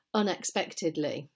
unexpectedly